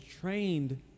trained